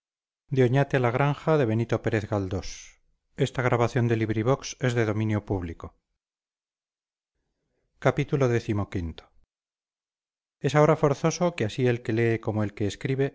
es ahora forzoso que así el que lee como el que escribe